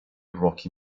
rocky